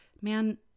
man